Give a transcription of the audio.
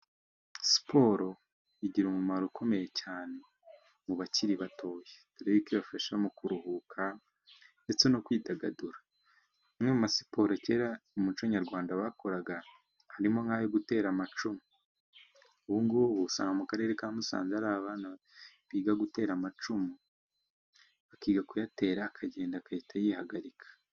Siporo igira umumaro ukomeye cyane mu bakiri batoya doreko ibafasha mu kuruhuka ndetse no kwidagadura, amwe mu ma siporo kera muco nyarwanda bakoraga harimo nk'ayo gutera amacumu, ubu ngubu usanga mu karere ka Musanze hari abana biga gutera amacumu, bakiga kuyatera akagenda agahita yihagarika.